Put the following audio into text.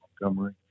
Montgomery